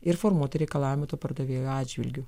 ir formuoti reikalavimą to pardavėjo atžvilgiu